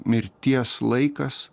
mirties laikas